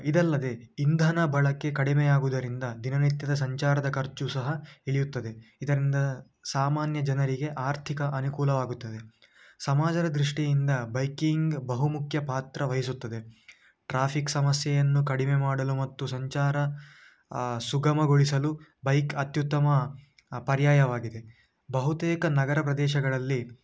ಇದಲ್ಲದೆ ಇಂಧನ ಬಳಕೆ ಕಡಿಮೆಯಾಗುವುದರಿಂದ ದಿನನಿತ್ಯದ ಸಂಚಾರದ ಖರ್ಚು ಸಹ ಇಳಿಯುತ್ತದೆ ಇದರಿಂದ ಸಾಮಾನ್ಯ ಜನರಿಗೆ ಆರ್ಥಿಕ ಅನುಕೂಲವಾಗುತ್ತದೆ ಸಮಾಜರ ದೃಷ್ಟಿಯಿಂದ ಬೈಕಿಂಗ್ ಬಹುಮುಖ್ಯ ಪಾತ್ರ ವಹಿಸುತ್ತದೆ ಟ್ರಾಫಿಕ್ ಸಮಸ್ಯೆಯನ್ನು ಕಡಿಮೆ ಮಾಡಲು ಮತ್ತು ಸಂಚಾರ ಸುಗಮಗೊಳಿಸಲು ಬೈಕ್ ಅತ್ಯುತ್ತಮ ಪರ್ಯಾಯವಾಗಿದೆ ಬಹುತೇಕ ನಗರ ಪ್ರದೇಶಗಳಲ್ಲಿ